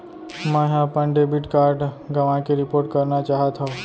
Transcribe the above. मै हा अपन डेबिट कार्ड गवाएं के रिपोर्ट करना चाहत हव